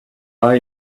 are